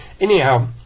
Anyhow